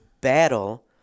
battle